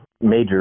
major